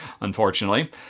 unfortunately